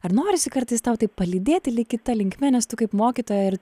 ar norisi kartais tau taip palydėti lyg kita linkme nes tu kaip mokytoja ir